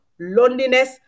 loneliness